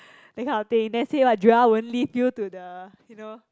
that kind of thing then say what Joel won't leave you to the you know